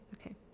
Okay